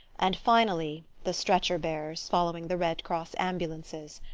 and finally the stretcher-bearers following the red cross ambulances.